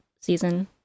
season